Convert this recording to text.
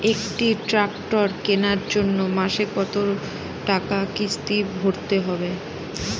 একটি ট্র্যাক্টর কেনার জন্য মাসে কত টাকা কিস্তি ভরতে হবে?